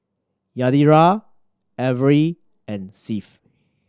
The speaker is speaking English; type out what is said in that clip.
Yadira Avery and Seth